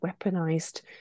weaponized